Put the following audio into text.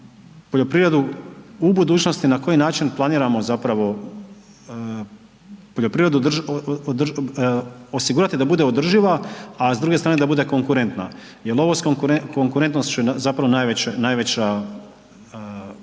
u budućnosti na koji način planiramo zapravo poljoprivredu, osigurati da bude održiva, a s druge strane da bude konkurentna, jer ovo s konkurentnošću zapravo najveća, najveći